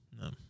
No